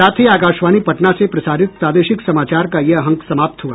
इसके साथ ही आकाशवाणी पटना से प्रसारित प्रादेशिक समाचार का ये अंक समाप्त हुआ